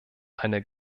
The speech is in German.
eine